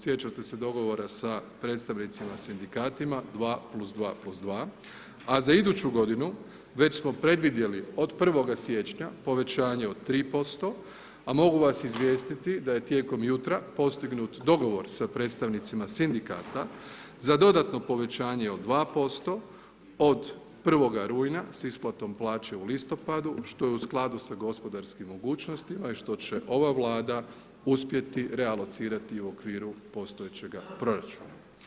Sjećate se dogovora sa predstavnicima sindikatima 2 + 2 + 2, a za iduću godinu već smo predvidjeli od 1. siječnja povećanje od 3%, a mogu vas izvijestiti da je tijekom jutra postignut dogovor sa predstavnicima sindikata za dodatno povećanje od 2% od 1. rujna sa isplatom plaće u listopadu što je u skladu sa gospodarskim mogućnostima i što će ova Vlada uspjeti realocirati u okviru postojećega proračuna.